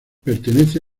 pertenece